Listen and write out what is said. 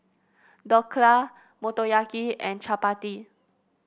Dhokla Motoyaki and Chapati